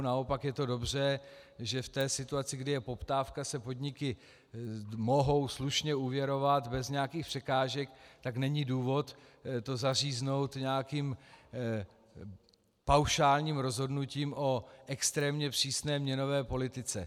Naopak je to dobře, že v té situaci, kdy je poptávka, se podniky mohou slušně úvěrovat bez nějakých překážek, tak není důvod to zaříznout nějakým paušálním rozhodnutím o extrémně přísné měnové politice.